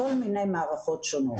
כל מיני מערכות שונות.